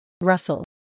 Russell